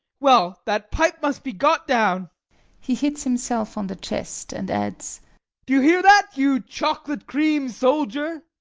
well, that pipe must be got down he hits himself on the chest, and adds do you hear that, you chocolate cream soldier?